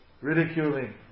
ridiculing